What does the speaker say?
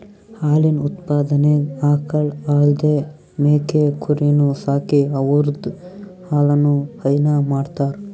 ಹಾಲಿನ್ ಉತ್ಪಾದನೆಗ್ ಆಕಳ್ ಅಲ್ದೇ ಮೇಕೆ ಕುರಿನೂ ಸಾಕಿ ಅವುದ್ರ್ ಹಾಲನು ಹೈನಾ ಮಾಡ್ತರ್